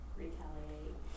retaliate